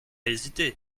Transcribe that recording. hésiter